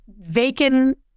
vacant